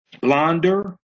blonder